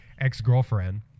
ex-girlfriend